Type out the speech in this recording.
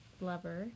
lover